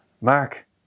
Mark